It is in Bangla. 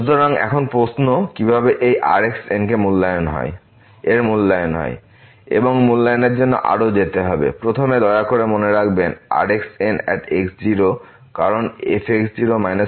সুতরাং এখন প্রশ্ন কিভাবে এই Rn এর মূল্যায়ন হয় এবং মূল্যায়নের জন্য আরো যেতে হবে প্রথমে দয়া করে মনে রাখবেন Rn at x0কারণ fx0 Pn